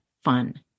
fun